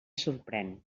sorprèn